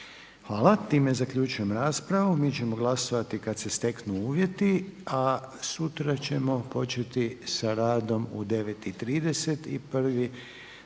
lijepa. Time zaključujem raspravu. Mi ćemo glasovati kada se steknu uvjeti. A sutra ćemo početi sa radom u 9,30